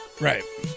right